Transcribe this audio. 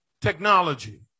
technology